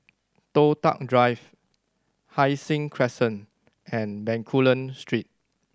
Toh Tuck Drive Hai Sing Crescent and Bencoolen Street